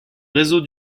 réseau